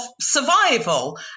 survival